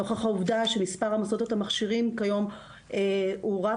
נוכח העובדה שמספר המוסדות המכשירים כיום הוא רב